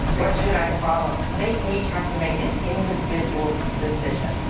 what should i follow? they each have to make an individual decision,